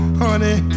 honey